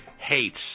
hates